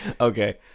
Okay